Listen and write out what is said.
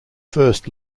first